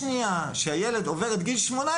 שמהשנייה שהילד עובר את גיל 18